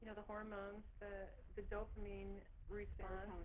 ah the hormones the the dopemine response.